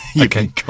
okay